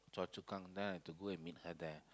Choa-Chu-Kang then I have to go and meet her there